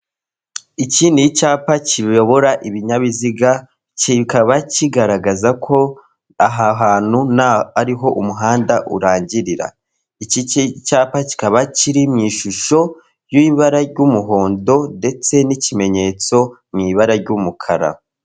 Iki ni icyapa kiyobora ibinyabiziga kikaba kigaragaza ko aha hantu ariho umuhanda urangirira iki cyapa kikaba kiri mu ishusho y'ibara ry'umuhondo ndetse n'ikimenyetso mu ibara ry'umukara.